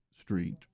street